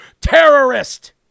terrorist